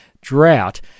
drought